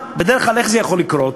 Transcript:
בדרך כלל איך זה יכול לקרות?